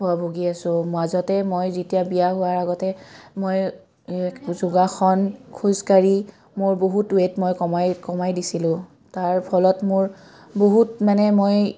হয় ভোগী আছোঁ মাজতে মই যেতিয়া বিয়া হোৱাৰ আগতে মই যোগাসন খোজকাঢ়ি মোৰ বহুত ৱেট মই কমাই কমাই দিছিলোঁ তাৰ ফলত মোৰ বহুত মানে মই